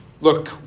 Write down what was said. look